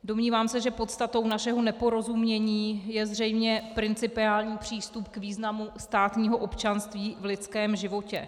Domnívám se, že podstatou našeho neporozumění je zřejmě principiální přístup k významu státního občanství v lidském životě.